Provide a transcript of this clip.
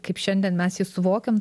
kaip šiandien mes jį suvokiam